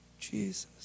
Jesus